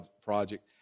project